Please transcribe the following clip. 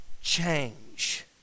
change